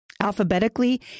Alphabetically